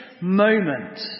moment